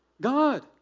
God